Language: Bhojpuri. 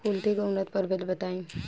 कुलथी के उन्नत प्रभेद बताई?